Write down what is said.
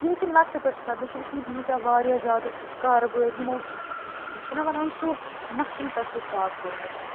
یہِ ہیٚکہِ لۄکٹہِ پٮ۪ٹھ سِٹاٹ بیٚیہِ چھِ وِچھمٕتۍ ییٖتاہ وارِیاہ زیادٕ کارٕبٲر یِمو چھِ نا وَنان سُہ نَتھنگ پٮ۪ٹھ چھُ سِٹاٹ کوٚرمُت